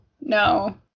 no